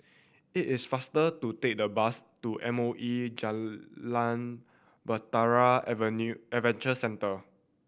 it is faster to take the bus to M O E Jalan Bahtera Avenue Adventure Centre